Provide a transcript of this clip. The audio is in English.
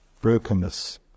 Brokenness